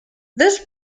this